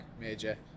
major